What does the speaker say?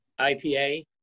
IPA